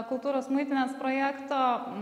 kultūros muitinės projekto